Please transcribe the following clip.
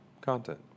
content